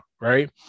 right